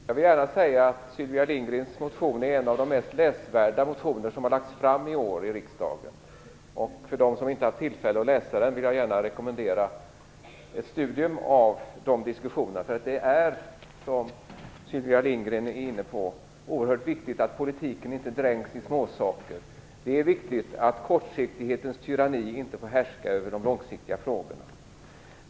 Fru talman! Jag vill gärna säga att Sylvia Lindgrens motion är en av de mest läsvärda motioner som i år har väckts i riksdagen. För dem som inte har haft tillfälle att läsa motionen vill jag gärna rekommendera ett studium av diskussionerna i den. Det är nämligen, som Sylvia Lindgren var inne på, oerhört viktigt att politiken inte dränks av småsaker. Det är viktigt att kortsiktighetens tyranni inte får härska över de långsiktiga frågorna.